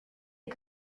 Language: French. des